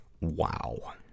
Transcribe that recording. Wow